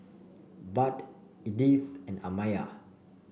Budd Edythe and Amaya